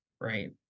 right